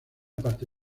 parte